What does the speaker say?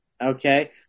okay